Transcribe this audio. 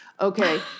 Okay